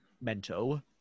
Mental